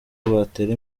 batera